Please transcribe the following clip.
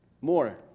more